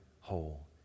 whole